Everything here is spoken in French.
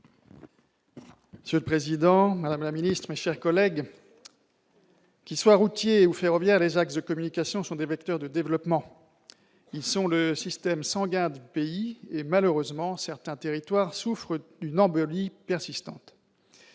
Monsieur le président, madame la ministre, mes chers collègues, qu'ils soient routiers ou ferroviaires, les axes de communication sont des vecteurs de développement ; ils sont le système sanguin du pays et, malheureusement, certains territoires souffrent d'une embolie persistante